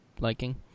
liking